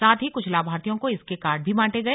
साथ ही कुछ लाभार्थियों को इसके कार्ड भी बांटे गए